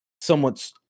somewhat